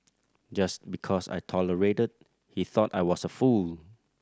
just because I tolerated he thought I was a fool